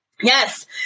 Yes